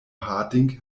harding